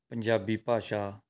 ਪੰਜਾਬੀ ਭਾਸ਼ਾ